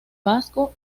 vasco